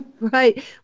Right